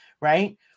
right –